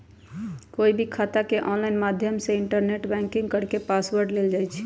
कोई भी खाता के ऑनलाइन माध्यम से इन्टरनेट बैंकिंग करके पासवर्ड लेल जाई छई